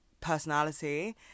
personality